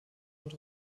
und